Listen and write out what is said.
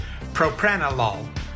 Propranolol